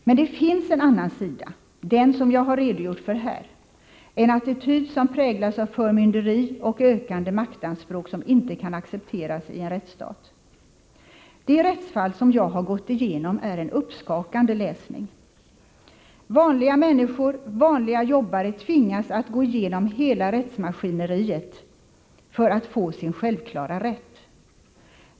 Men det finns en annan sida, den som jag har redogjort för här, en attityd som präglas av förmynderi och ökande maktanspråk som inte kan accepteras i en rättsstat. De rättsfall som jag har gått igenom är en uppskakande läsning. Vanliga människor, vanliga jobbare, tvingas att gå igenom hela rättsmaskineriet för att få sin självklara rätt.